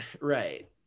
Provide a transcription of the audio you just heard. right